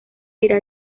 irá